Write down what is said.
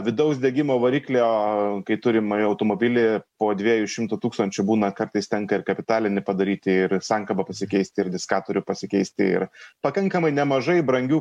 vidaus degimo variklio kai turim automobilį po dviejų šimtų tūkstančių būna kartais tenka ir kapitalinį padaryti ir sankabą pasikeisti ir diskatorių pasikeisti ir pakankamai nemažai brangių